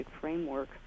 framework